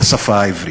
לשפה העברית.